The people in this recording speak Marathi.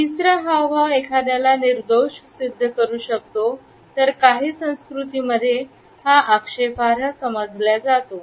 तिसरा हावभाव एखाद्याला निर्दोष सिद्ध करू शकतो तर काही संस्कृतीमध्ये हा आक्षेपार्ह समजल्या जातो